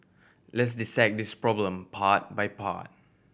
let's dissect this problem part by part